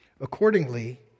Accordingly